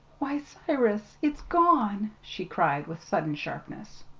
why, cyrus, it's gone, she cried with sudden sharpness.